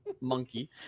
Monkey